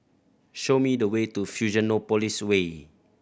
show me the way to Fusionopolis Way